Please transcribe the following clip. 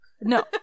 No